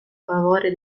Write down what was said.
favore